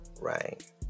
right